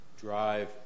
drive